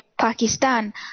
Pakistan